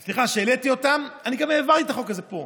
העליתי אותן ואני גם העברתי את החוק הזה פה,